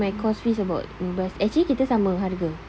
so my course fees about actually kita sama harga